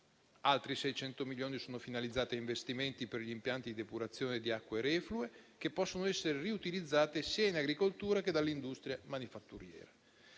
Altri 600 milioni di euro sono finalizzati agli investimenti per gli impianti di depurazione di acque reflue, che possono essere riutilizzate sia in agricoltura che dall'industria manifatturiera.